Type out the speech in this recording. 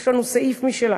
יש לנו סעיף משלנו.